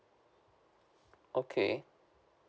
okay